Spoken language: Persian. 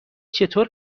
چطور